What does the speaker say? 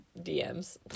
DMs